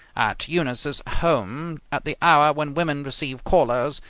at eunice's home, at the hour when women receive callers,